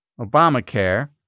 Obamacare